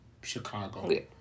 Chicago